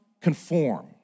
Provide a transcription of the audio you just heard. conform